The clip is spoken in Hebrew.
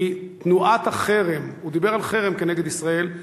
כי "תנועת החרם" הוא דיבר על חרם כנגד ישראל,